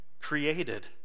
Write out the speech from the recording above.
created